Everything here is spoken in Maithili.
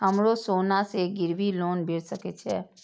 हमरो सोना से गिरबी लोन भेट सके छे?